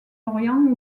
lorient